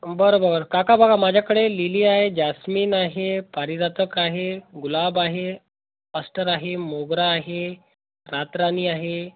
बरं बरं काका बगा माझ्याकडे लिली आहे जास्मिन आहे पारिजातक आहे गुलाब आहे ऑस्टर आहे मोगरा आहे रातराणी आहे